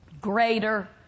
greater